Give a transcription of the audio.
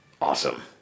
Awesome